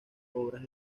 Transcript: obras